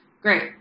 great